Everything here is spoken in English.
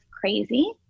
crazy